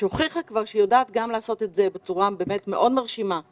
שהוכיחה כבר שהיא יודעת לעשות גם את זה בצורה מרשימה מאוד,